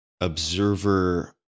observer